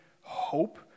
hope